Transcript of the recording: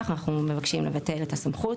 לבטל את הסמכות.